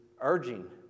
urging